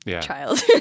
child